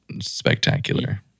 spectacular